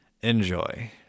Enjoy